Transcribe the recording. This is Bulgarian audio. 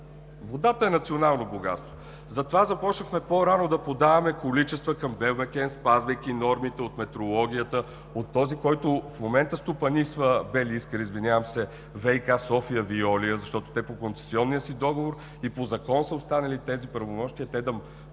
Водата е национално богатство. Затова започнахме по-рано да подаваме количества към „Белмекен“, спазвайки нормите от метрологията, от този, който в момента стопанисва ВиК София – „Веолия“, защото по концесионния си договор и по закон са останали тези правомощия, те да могат